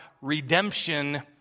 redemption